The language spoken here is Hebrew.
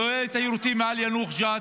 רואה את היירוטים מעל יאנוח-ג'ת